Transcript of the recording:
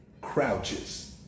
crouches